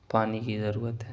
پانی کی ضرورت ہے